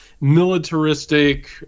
militaristic